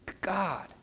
God